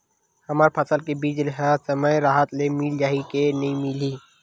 हमर फसल के बीज ह समय राहत ले मिल जाही के नी मिलही?